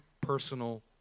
personal